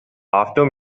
after